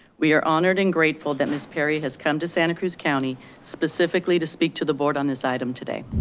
we are honored and grateful that miss perry has come to santa cruz county specifically to speak to the board on this item today.